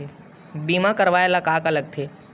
बीमा करवाय ला का का लगथे?